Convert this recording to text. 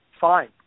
fine